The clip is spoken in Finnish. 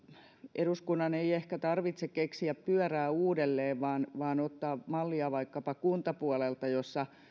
eduskunnan ei ehkä tarvitse keksiä pyörää uudelleen vaan vaan ottaa mallia vaikkapa kuntapuolelta jossa